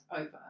over